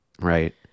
Right